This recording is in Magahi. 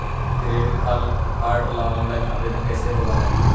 क्रेडिट कार्ड ल औनलाइन आवेदन कैसे होब है?